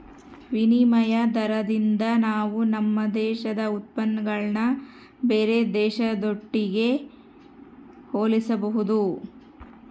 ವಿನಿಮಯ ದಾರದಿಂದ ನಾವು ನಮ್ಮ ದೇಶದ ಉತ್ಪನ್ನಗುಳ್ನ ಬೇರೆ ದೇಶದೊಟ್ಟಿಗೆ ಹೋಲಿಸಬಹುದು